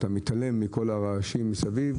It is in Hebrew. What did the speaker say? אתה מתעלם מכל הרעשים מסביב.